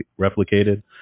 replicated